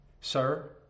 Sir